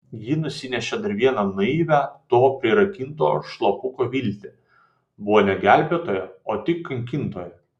ji nusinešė dar vieną naivią to prirakinto šlapuko viltį buvo ne gelbėtoja o tik kankintoja